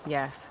Yes